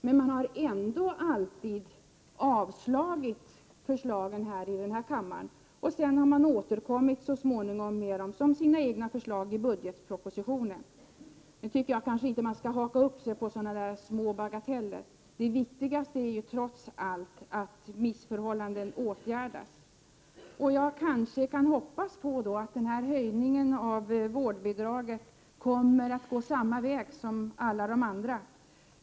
Men man har alltid avslagit förslagen här i kammaren och sedan så småningom återkommit med dem som sina egna i budgetpropositionen. Jag tycker väl inte att man skall haka upp sig på bagateller. Det viktigaste är ju trots allt att missförhållanden åtgärdas. Jag kanske därför kan hoppas på att förslaget om vårdbidraget kommer att gå samma väg som alla de andra.